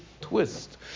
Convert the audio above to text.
twist